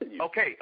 Okay